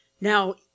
now